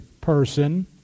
person